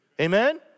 Amen